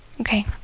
Okay